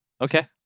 Okay